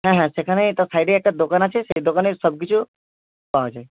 হ্যাঁ হ্যাঁ সেখানেই একটা সাইডে একটা দোকান আছে সেই দোকানেই সব কিছু পাওয়া যায়